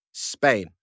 Spain